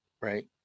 right